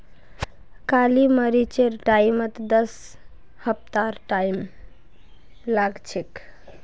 काली मरीचेर कटाईत दस हफ्तार टाइम लाग छेक